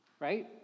right